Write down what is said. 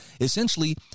essentially